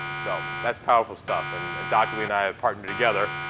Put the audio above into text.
so that's powerful stuff. and dr. li and i have partnered together.